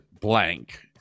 blank